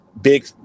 big